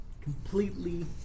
Completely